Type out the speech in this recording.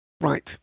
Right